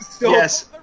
Yes